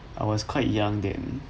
I was quite young then